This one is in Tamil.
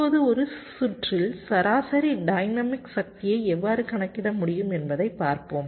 இப்போது ஒரு சுற்றில் சராசரி டைனமிக் சக்தியை எவ்வாறு கணக்கிட முடியும் என்பதைப் பார்ப்போம்